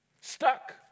stuck